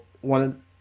one